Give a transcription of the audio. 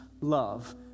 love